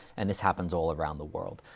and this happens all around the world.